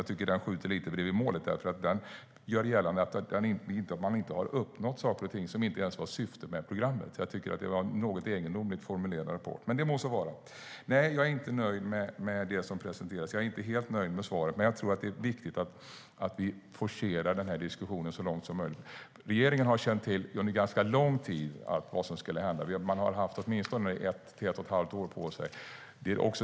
Jag tycker att den skjuter lite grann bredvid målet för den gör gällande att man inte har uppnått saker och ting, sådant som inte ens var syftet med programmet. Jag tycker att det är en något egendomligt formulerad rapport, men det må så vara. Nej, jag är inte nöjd med det som presenteras. Jag är inte helt nöjd med svaret, men jag tror att det är viktigt att vi forcerar den här diskussionen så mycket som möjligt. Regeringen har under ganska lång tid känt till vad som skulle hända. Man har haft åtminstone ett till ett och ett halvt år på sig.